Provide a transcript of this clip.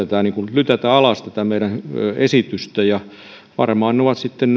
lytätä alas tätä meidän esitystämme varmaan se on sitten